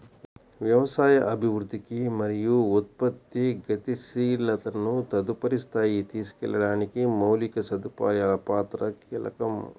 వ్యవసాయ అభివృద్ధికి మరియు ఉత్పత్తి గతిశీలతను తదుపరి స్థాయికి తీసుకెళ్లడానికి మౌలిక సదుపాయాల పాత్ర కీలకం